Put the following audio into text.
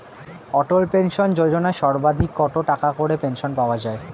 অটল pension Yojana সর্বাধিক কত টাকা করে পেনশন পাওয়া যায়?